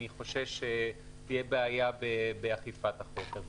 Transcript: אני חושש שתהיה בעיה באכיפת החוק הזה.